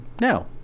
now